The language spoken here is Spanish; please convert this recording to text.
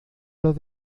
los